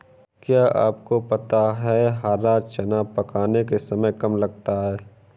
क्या आपको पता है हरा चना पकाने में समय कम लगता है?